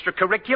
extracurricular